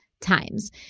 times